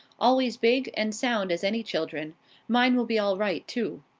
always big and sound as any children mine will be all right, too.